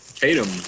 Tatum